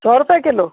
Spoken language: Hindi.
सौ रुपये किलो